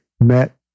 met